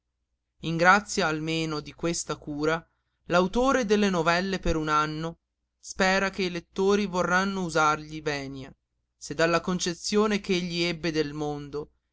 grazia almeno di questa cura l'autore delle novelle per un anno spera che i lettori vorranno usargli venia se dalla concezione ch'egli ebbe del mondo